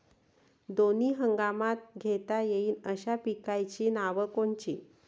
दोनी हंगामात घेता येईन अशा पिकाइची नावं कोनची?